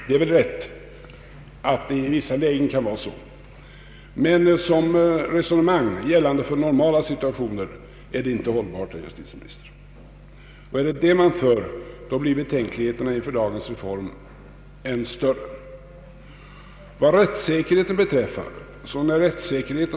Detta kan i vissa lägen anses rätt. Men som resonemang för normala situationer är det inte hållbart, herr justieminister. Har man sådana synpunkter, då blir betänkligheterna inför dagens reform ännu större. Sedan kommer vi till rättssäkerheten.